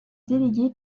délégués